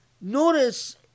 Notice